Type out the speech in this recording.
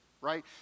right